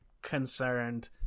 concerned